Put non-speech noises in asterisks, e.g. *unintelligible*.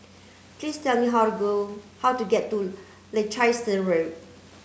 please tell me how to go how to get to *unintelligible* Road